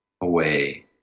away